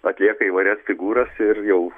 atlieka įvairias figūras ir jau